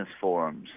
forums